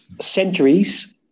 centuries